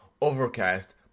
Overcast